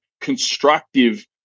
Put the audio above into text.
constructive